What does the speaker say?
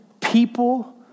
people